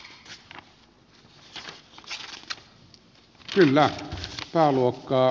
siirrymme käsittelemään pääluokkaa